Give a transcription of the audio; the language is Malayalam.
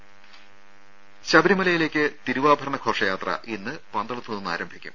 ദേദ ശബരിമലയിലേക്ക് തിരുവാഭരണ ഘോഷയാത്ര ഇന്ന് പന്തളത്ത് നിന്ന് ആരംഭിക്കും